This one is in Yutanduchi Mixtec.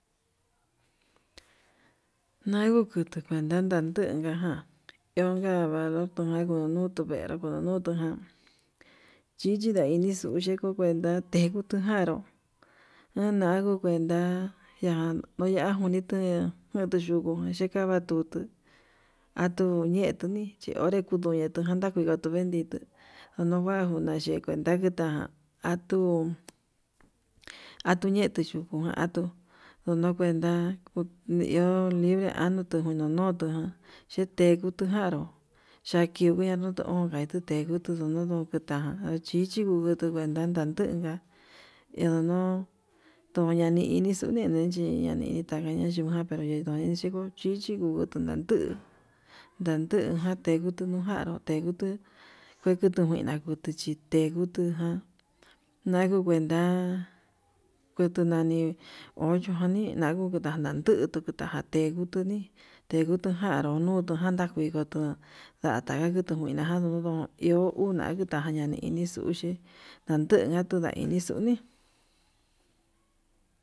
Nanduu kutu kuenta kanduu ján na iojan tangatuu, kundutu veruu kudu nutu ján chichi ndaini nduku kuenta natetu janruu, nayanguu kuenta ña'a ñandaje ni kuu nayenguu ndukujan chikava tutu atuu ñetuni chí onré kutuñetu najan kudetu ñenii, nduu unuvagun nayee kudatukuta anyee atuñetuu yukujan atuu ndono kuenta libre anutu ndunu no'o, notuu tixhekutu janró chakinguego angatu kii tudu nono keta'a, chichi tungutu natan ndenka'a eyo'o no tuye chadiini tuyunde'e, yee ña dika taviñajan prohibido ya yingup chichi nodukunal tuu ndakujan ndekunu nujanruu ndukutu kue kutu kuina ndekutu chite'e ndutujan nanguu nguenta, kutuu nani oyo'o jan nandutu tuta ngatengutuni tengutu janruu nundu janda kuikutu ndata nunu kuinajan ndundo'o iho kuta ña'a ñani ini nixuxhi naduu ndunda ini xoni.